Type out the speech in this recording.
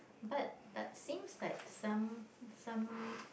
but but seems like some some